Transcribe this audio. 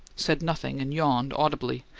said nothing, and yawned audibly,